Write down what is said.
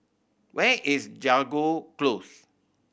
where is Jago Close